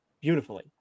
beautifully